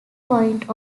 point